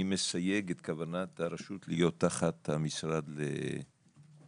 אני מסייג את כוונת הרשות להיות תחת המשרד לפריפריה-גליל.